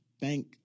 bank